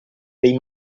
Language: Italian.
dei